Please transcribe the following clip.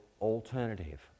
alternative